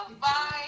Bye